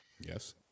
Yes